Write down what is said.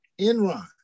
Enron